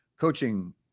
coaching